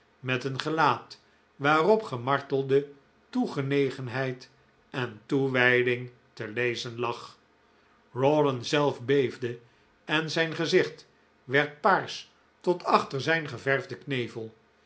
met een gelaat waarop gemartelde toegenegenheid en toewjjding te lezen lag rawdon zelf beefde en zijn gezicht werd paars tot achter zijn geverfden knevel